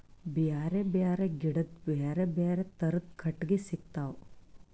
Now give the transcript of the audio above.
ಬ್ಯಾರೆ ಬ್ಯಾರೆ ಗಿಡದ್ ಬ್ಯಾರೆ ಬ್ಯಾರೆ ಥರದ್ ಕಟ್ಟಗಿ ಸಿಗ್ತವ್